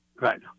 Right